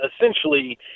essentially